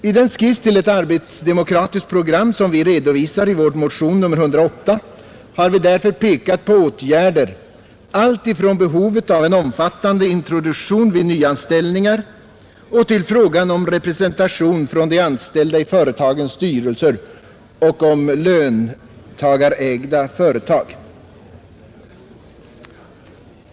I den skiss till ett arbetsdemokratiskt program, som vi redovisar i vår motion nr 108, har vi därför pekat på åtgärder alltifrån behovet av en omfattande introduktion vid nyanställningar till frågan om representation från de anställda i företagens styrelser och om löntagarägda företag.